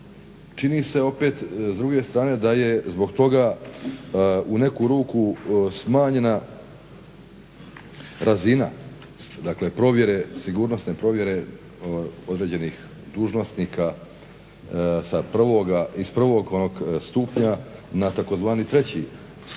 čini se opet s druge strane da je zbog toga u neku ruku smanjena razina, dakle provjere, sigurnosne provjere određenih dužnosnika iz prvog onog stupnja na tzv. treći stupanj.